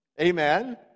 Amen